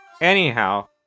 Anyhow